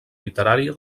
literària